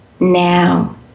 Now